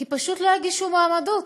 כי פשוט לא הגישו מועמדות.